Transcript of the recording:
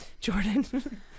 Jordan